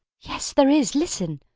yes, there is! listen!